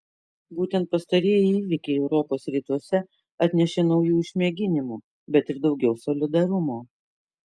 būtent pastarieji įvykiai europos rytuose atnešė naujų išmėginimų bet ir daugiau solidarumo